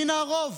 הינה הרוב.